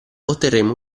otterremo